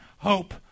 Hope